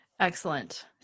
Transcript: Excellent